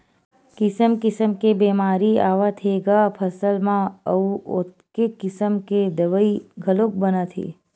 किसम किसम के बेमारी आवत हे ग फसल म अउ ओतके किसम के दवई घलोक बनत हे